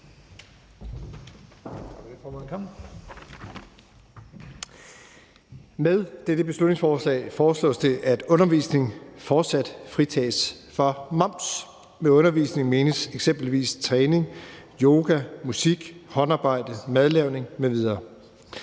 Med dette beslutningsforslag foreslås det, at undervisning fortsat fritages for moms. Ved undervisning menes eksempelvis træning, yoga, musik, håndarbejde, madlavning m.v.